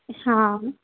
हा